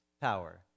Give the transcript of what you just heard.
power